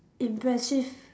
impressive